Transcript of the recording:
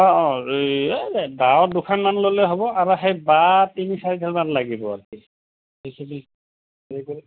অঁ অঁ এই এই দাও দুখনমান ল'লে হ'ব আৰু সেই বাঁহ তিনি চাৰিডাল মান লাগিব সেইখিনি